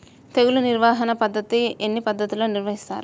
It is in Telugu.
తెగులు నిర్వాహణ ఎన్ని పద్ధతులలో నిర్వహిస్తారు?